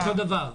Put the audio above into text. אותו דבר.